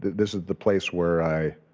this is the place where i